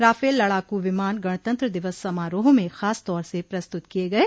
Rafale लड़ाकू विमान गणतंत्र दिवस समारोह में खासतौर से प्रस्तुत किये गये